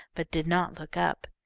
but did not look up.